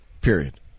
Period